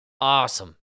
awesome